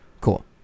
Cool